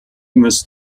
must